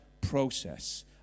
process